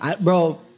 Bro